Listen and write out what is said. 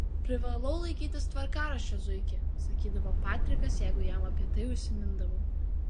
privalau laikytis tvarkaraščio zuiki sakydavo patrikas jeigu jam apie tai užsimindavau